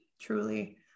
truly